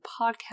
podcast